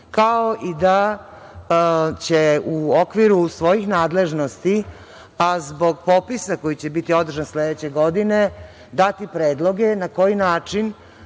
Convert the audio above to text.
kao i da će u okviru svojih nadležnosti, a zbog popisa koji će biti održan sledeće godine dati predloge na koji način